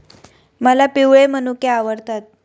मला पिवळे मनुके आवडतात